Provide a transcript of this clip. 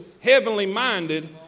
heavenly-minded